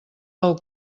del